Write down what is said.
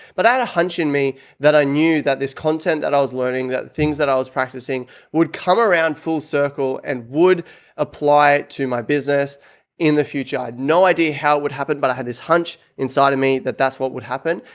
but i had a hunch in me that i knew that this content that i was learning, that things that i was practicing would come around full circle and would apply it to my business in the future. i had no idea how it would happen, but i had this hunch inside of me that that's what would happen.